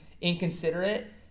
inconsiderate